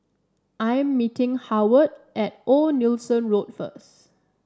I am meeting Howard at Old Nelson Road first